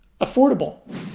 affordable